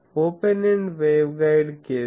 open end waveguide case